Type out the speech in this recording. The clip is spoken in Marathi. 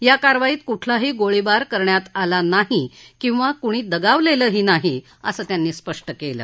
या कारवाईत कुठलाही गोळीबार करण्यात आला नाही किंवा कुणी दगावलखीी नाही असं त्यांनी स्पष्ट कलि